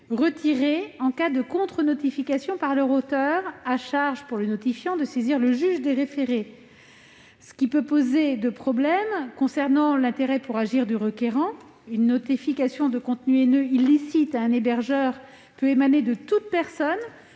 retirés en cas de contre-notification par leur auteur, à charge pour le notifiant de saisir le juge des référés. Cela peut poser des problèmes relatifs à l'intérêt à agir du requérant : une notification de contenu haineux illicite peut être adressée à un hébergeur par toute personne,